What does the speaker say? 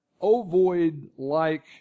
ovoid-like